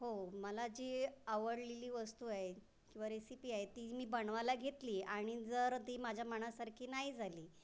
हो मला जी आवडलेली वस्तू आहे किंवा रेसिपी आहे ती मी बनवायला घेतली आणि जर ती माझ्या मनासारखी नाही झाली